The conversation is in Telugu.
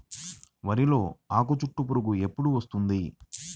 వరిలో ఆకుచుట్టు పురుగు ఎప్పుడు వస్తుంది?